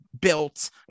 built